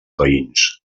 veïns